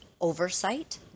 oversight